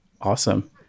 Awesome